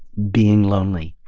being lonely,